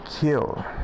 kill